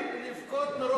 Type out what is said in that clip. בא לי לבכות מרוב,